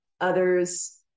others